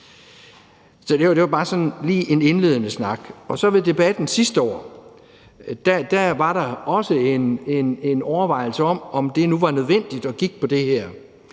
Det var bare lige en indledende snak. Ved debatten sidste år var der også en overvejelse om, om det nu var nødvendigt at kigge på det her.